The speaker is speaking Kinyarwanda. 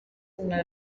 nta